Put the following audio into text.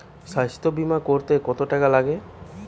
স্বাস্থ্যবীমা করতে কত টাকা লাগে?